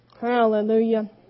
Hallelujah